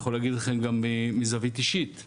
אני יכול להגיד לכם גם מזווית אישית.